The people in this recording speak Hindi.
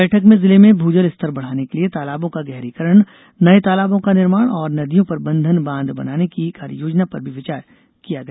बैठक में जिले में भूजल स्तर बढ़ाने के लिए तालाबों का गहरीकरण नए तालाबों का निर्माण और नदियों पर बंधन बांध बनाने की कार्ययोजना पर भी विचार किया गया